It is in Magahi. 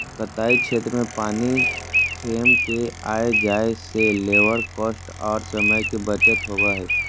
कताई क्षेत्र में पानी फ्रेम के आय जाय से लेबर कॉस्ट आर समय के बचत होबय हय